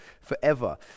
forever